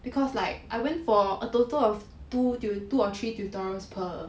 because like I went for a total of two two or three tutorials per